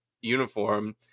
uniform